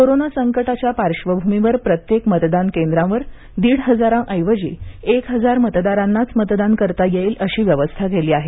corona संकटाच्या पार्श्वभूमीवर प्रत्येक मतदान केंद्रांवर दीड हजाराऐवजी केवळ एक हजार मतदारांनाच मतदान करता येईल अशी व्यवस्था केली आहे